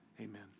amen